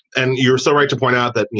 and you're so right to point out that, you